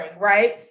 right